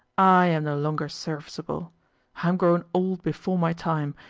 i am no longer serviceable i am grown old before my time,